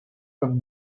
from